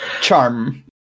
Charm